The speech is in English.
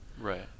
Right